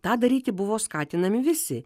tą daryti buvo skatinami visi